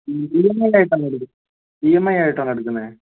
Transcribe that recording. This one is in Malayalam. ഇ എം ഐ ആയിട്ടാണോ ഇ എം ഐ ആയിട്ടാണോ എടുക്കുന്നത്